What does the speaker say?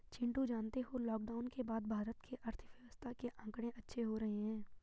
चिंटू जानते हो लॉकडाउन के बाद भारत के अर्थव्यवस्था के आंकड़े अच्छे हो रहे हैं